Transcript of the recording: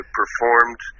performed